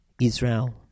Israel